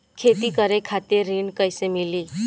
खेती करे खातिर ऋण कइसे मिली?